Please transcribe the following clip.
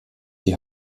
die